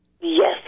Yes